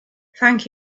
thank